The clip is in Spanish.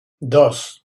dos